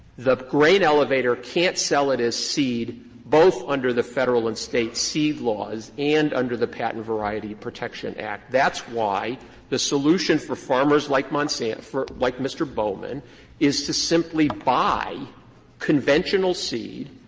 the grain elevator can't sell it as seed both under the federal and state seed laws and under the patent variety protection act. that's why the solution for farmers like monsanto like mr. bowman is to simply buy conventional seed,